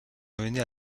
menées